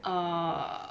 err